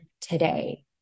today